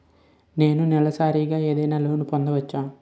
నేను నెలసరిగా ఏదైనా లోన్ పొందవచ్చా?